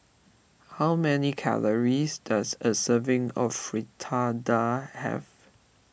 how many calories does a serving of Fritada have